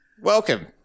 Welcome